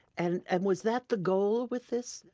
and and was that the goal with this?